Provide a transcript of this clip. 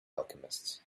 alchemists